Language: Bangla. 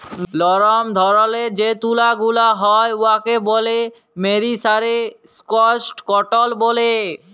লরম ধরলের যে তুলা গুলা হ্যয় উয়াকে ব্যলে মেরিসারেস্জড কটল ব্যলে